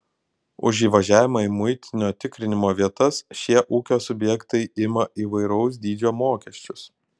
už įvažiavimą į muitinio tikrinimo vietas šie ūkio subjektai ima įvairaus dydžio mokesčius